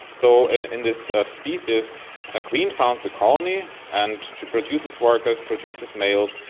so and in this species a queen founds a colony and she produces workers, produces males,